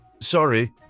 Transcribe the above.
Sorry